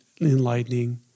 enlightening